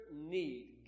need